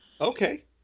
okay